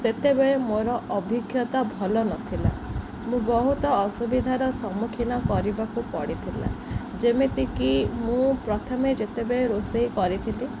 ସେତେବେଳେ ମୋର ଅଭିଜ୍ଞତା ଭଲ ନଥିଲା ମୁଁ ବହୁତ ଅସୁବିଧାର ସମ୍ମୁଖୀନ କରିବାକୁ ପଡ଼ିଥିଲା ଯେମିତିକି ମୁଁ ପ୍ରଥମେ ଯେତେବେଳେ ରୋଷେଇ କରିଥିଲି